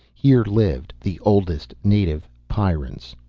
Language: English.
here lived the oldest native pyrrans.